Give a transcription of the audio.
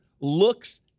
looks